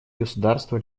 государства